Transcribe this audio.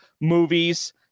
movies